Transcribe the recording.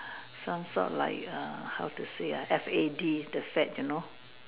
some sort like err how to say ah F A D the fad you know